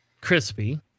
crispy